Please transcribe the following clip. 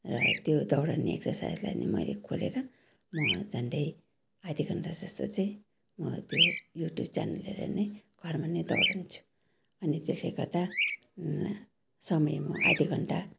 र त्यो दौडने एक्ससाइजलाई नै मैले खोलेर म झन्डै आधा घन्टा जस्तो चाहिँ म त्यो युट्युब च्यानल हेरेर नै घरमा नै दौडन्छु अनि त्यसले गर्दा समय म आधा घन्टा